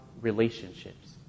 relationships